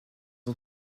ont